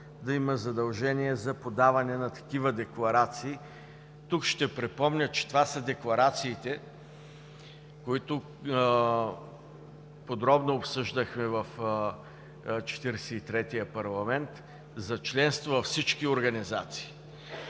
да има задължение за подаване на такива декларации. Тук ще припомня, че това са декларациите, които подробно обсъждахме в Четиридесет и третия парламент за членство във всички организации